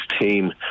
team